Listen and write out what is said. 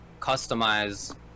customize